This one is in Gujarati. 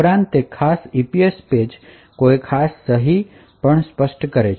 ઉપરાંત તે તે ખાસ EPC પેજ માટે કોઈ ખાસ સહી પણ સ્પષ્ટ કરી શકશે